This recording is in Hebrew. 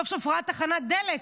סוף-סוף ראה תחנת דלק,